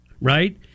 right